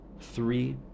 three